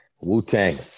Wu-Tang